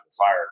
fire